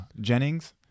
Jennings